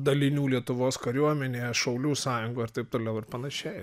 dalinių lietuvos kariuomenėje šaulių sąjungoj ir taip toliau ir panašiai